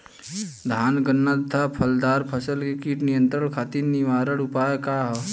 धान गन्ना तथा फलदार फसल पर कीट नियंत्रण खातीर निवारण उपाय का ह?